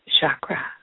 chakra